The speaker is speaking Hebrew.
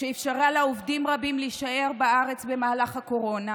שאפשרה לעובדים רבים להישאר בארץ במהלך הקורונה